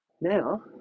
Now